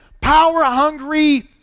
power-hungry